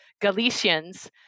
Galicians